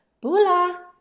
Bula